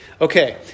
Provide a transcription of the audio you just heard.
Okay